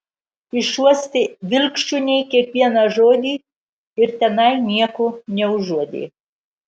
išuostė vilkšuniai kiekvieną žodį ir tenai nieko neužuodė